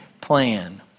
plan